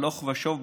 הלוך ושוב,